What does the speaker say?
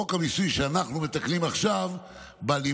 חוק המיסוי שאנחנו מתקנים עכשיו בא,